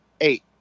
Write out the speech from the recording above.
Eight